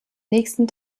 nächsten